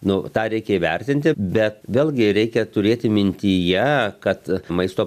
nu tą reikia įvertinti bet vėlgi reikia turėti mintyje kad maisto